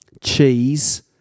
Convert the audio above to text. cheese